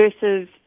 versus